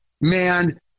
man